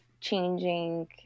changing